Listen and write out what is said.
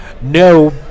No